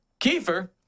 Kiefer